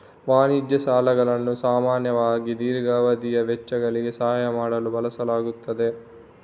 ವಾಣಿಜ್ಯ ಸಾಲಗಳನ್ನು ಸಾಮಾನ್ಯವಾಗಿ ದೀರ್ಘಾವಧಿಯ ವೆಚ್ಚಗಳಿಗೆ ಸಹಾಯ ಮಾಡಲು ಬಳಸಲಾಗುತ್ತದೆ